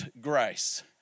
grace